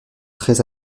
très